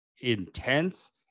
intense